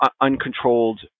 uncontrolled